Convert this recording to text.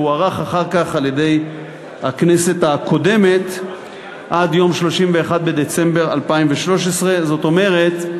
והוארך אחר כך על-ידי הכנסת הקודמת עד יום 31 בדצמבר 2013. זאת אומרת,